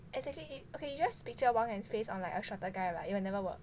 exactly okay just picture wang yuan face on like a shorter guy [right] it will never work